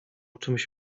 czymś